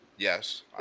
yes